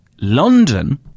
London